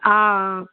आं